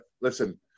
Listen